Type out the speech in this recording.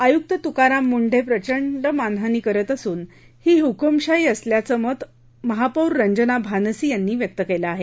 आयुक्त तुकाराम मुंढे प्रचंड मनमानी करीत असून ही हुकूमशाही असल्याचं मत महापौर रंजना भानसी यांनी व्यक्त केलं आहे